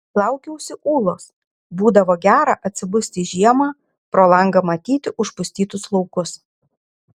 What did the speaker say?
laukiausi ūlos būdavo gera atsibusti žiemą pro langą matyti užpustytus laukus